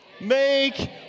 Make